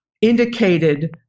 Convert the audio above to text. indicated